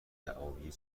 دعاوی